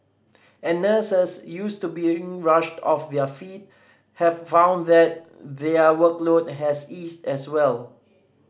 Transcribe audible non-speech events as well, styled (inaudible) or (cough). and nurses used to being rushed off their feet have found that their workload has eased as well (noise)